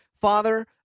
Father